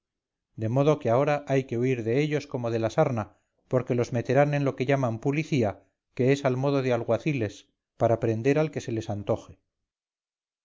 de modo que ahora hay que huir de ellos como de la sarna porque los meterán en lo que llaman pulicía que es al modo de alguaciles para prender al que se les antoje